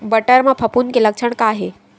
बटर म फफूंद के लक्षण का हे?